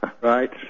Right